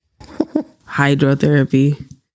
Hydrotherapy